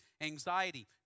anxiety